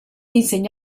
insegna